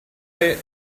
they